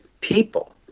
people